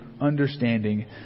understanding